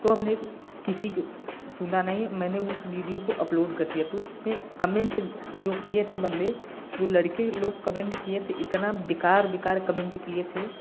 तो हमने एक किसी के सुना नहीं मैंने उस विडियो को अपलोड कर दिया तो उसमें कमेन्ट जो किए थे बंदे जो लड़के लोग कमेन्ट किए थे इतना बेकार बेकार कमेन्ट किए थे